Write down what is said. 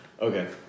Okay